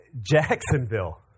Jacksonville